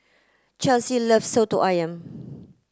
Chelsea loves Soto Ayam